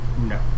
No